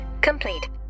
complete